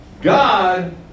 God